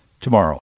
tomorrow